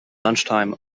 lunchtime